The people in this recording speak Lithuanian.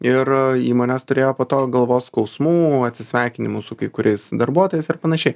ir įmonės turėjo po to galvos skausmų atsisveikinimų su kai kuriais darbuotojais ir panašiai